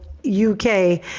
uk